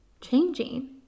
changing